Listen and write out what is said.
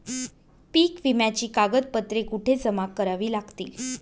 पीक विम्याची कागदपत्रे कुठे जमा करावी लागतील?